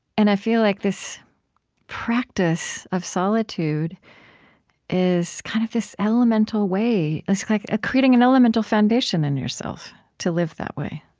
and i feel like this practice of solitude is kind of this elemental way so like ah creating an elemental foundation in yourself to live that way